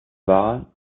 war